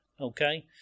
okay